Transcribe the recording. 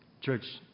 church